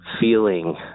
feeling